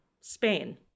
Spain